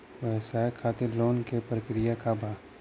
व्यवसाय खातीर लोन के प्रक्रिया का बा?